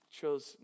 chose